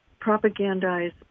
propagandize